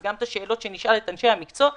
וגם את השאלות שנשאל את אנשי המקצוע ובינינו,